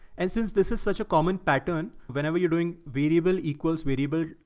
and since this is such a common pattern, whenever you're doing variable equals variable,